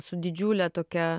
su didžiule tokia